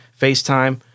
FaceTime